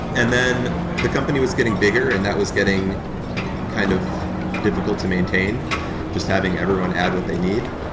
and then the company was getting bigger and that was getting kind of difficult to maintain just having everyone add what they need,